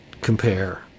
compare